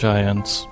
Giants